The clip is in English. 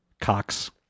Cox